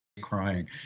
crying